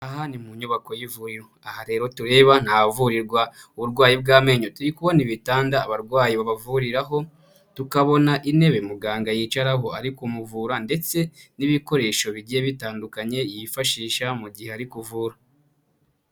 Aha ni mu nyubako y'ivuriro. Aha rero tureba ni ahavurirwa uburwayi bw'amenyo, turi kubona ibitanda abarwayi babavuriraho, tukabona intebe muganga yicaraho ari kumuvura ndetse n'ibikoresho bigiye bitandukanye yifashisha mu gihe ari kuvura.